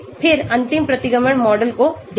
फिर अंतिम प्रतिगमन मॉडल को देखें